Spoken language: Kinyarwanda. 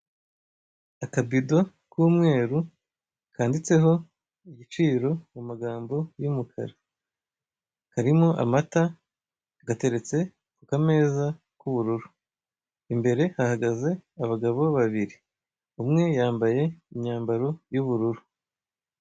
Akabido k'umweru kanditseho igiciro mu magambo y'umukara, karimo amata gateretse kumeza k'ubururu, imbere hahagaze abagabo babiri, umwe yambaye imyambaro y'ubururu.